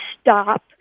stop